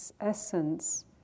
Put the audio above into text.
essence